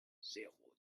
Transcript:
zéro